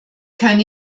keine